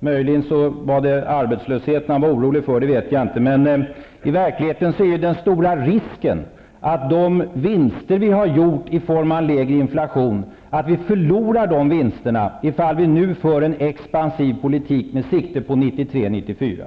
Möjligen är det arbetslösheten som han är orolig för. I verkligheten är risken stor att de vinster som vi har gjort i form av en lägre inflation går förlorade, om vi nu för en expansiv politik med siktet inställt på 1993--1994.